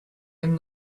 i’m